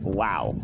wow